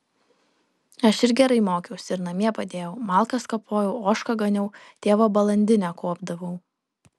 aš ir gerai mokiausi ir namie padėjau malkas kapojau ožką ganiau tėvo balandinę kuopdavau